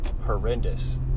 horrendous